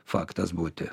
faktas būti